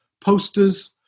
posters